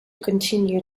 continue